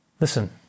Listen